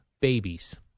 Babies